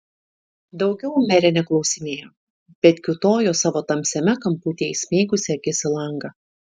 daugiau merė neklausinėjo bet kiūtojo savo tamsiame kamputyje įsmeigusi akis į langą